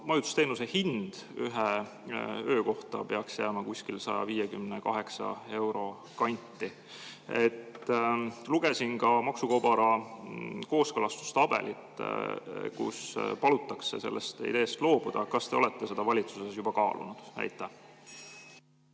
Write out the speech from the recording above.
majutusteenuse hind ühe öö kohta peaks jääma kusagile 158 euro kanti. Lugesin ka maksukobara [eelnõu] kooskõlastustabelit, kus palutakse sellest ideest loobuda. Kas te olete seda valitsuses juba kaalunud? Aitäh,